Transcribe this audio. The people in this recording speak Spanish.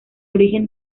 origen